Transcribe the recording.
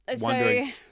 wondering